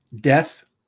Death